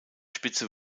spitze